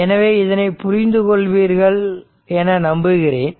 எனவே இதனை புரிந்து கொள்வீர்கள் என நம்புகிறேன்